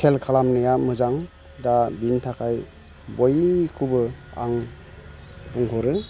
खेल खालामनाया मोजां दा बेनि थाखाय बयखौबो आं बुंहरो